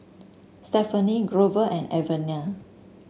Stefanie Grover and Alvena